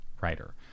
writer